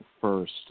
first